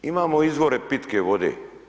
Imamo izvore pitke vode.